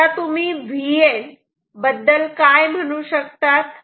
आता तुम्ही Vn बद्दल काय म्हणू शकतात